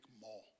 more